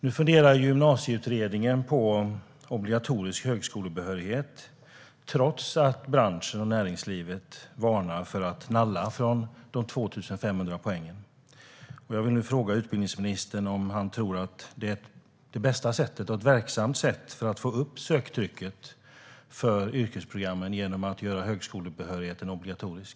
Nu funderar Gymnasieutredningen på obligatorisk högskolebehörighet trots att branschen och näringslivet varnar för att nalla från de 2 500 poängen. Jag vill fråga utbildningsministern om han tror att det är det bästa sättet och ett verksamt sätt för att få upp söktrycket för yrkesprogrammen att göra högskolebehörigheten obligatorisk.